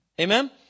Amen